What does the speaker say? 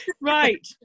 right